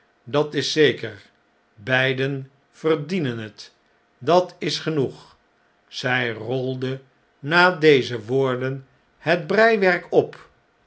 dat is zeker beiden verdienen het dat is genoeg zg rolde na deze woorden het breiwerk op